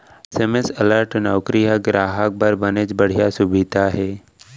SMS alert नउकरी ह गराहक बर बनेच बड़िहा सुबिधा हे